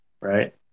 right